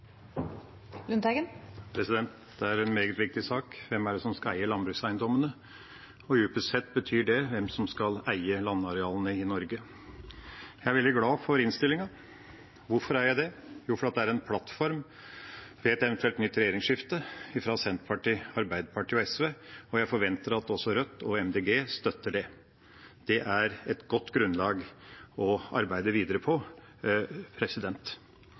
regjeringen. Dette er en meget viktig sak. Hvem er det som skal eie landbrukseiendommene? Dypest sett betyr det hvem som skal eie landarealene i Norge. Jeg er veldig for innstillingen. Hvorfor er jeg det? Jo, fordi det er en plattform, ved et eventuelt nytt regjeringsskifte, fra Senterpartiet, Arbeiderpartiet og SV, og jeg forventer at også Rødt og Miljøpartiet De Grønne støtter det. Det er et godt grunnlag å arbeide videre på.